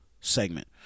segment